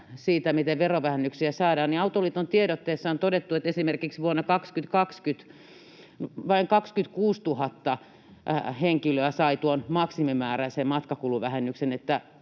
sitä, miten verovähennyksiä saadaan: Autoliiton tiedotteessa on todettu, että esimerkiksi vuonna 2020 vain 26 000 henkilöä sai tuon maksimimääräisen matkakuluvähennyksen,